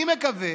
אני מקווה